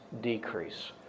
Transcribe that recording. decrease